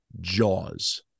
Jaws